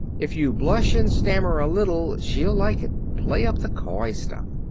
if you blush and stammer a little, she'll like it. play up the coy stuff.